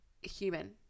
human